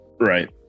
Right